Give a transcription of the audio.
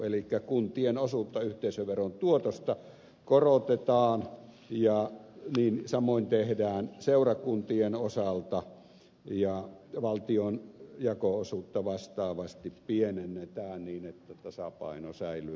elikkä kuntien osuutta yhteisöveron tuotosta korotetaan ja samoin tehdään seurakuntien osalta ja valtion jako osuutta vastaavasti pienennetään niin että tasapaino säilyy prosenttilaskussa